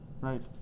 Right